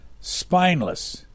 spineless